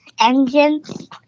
engines